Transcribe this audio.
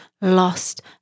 lost